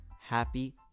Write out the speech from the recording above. Happy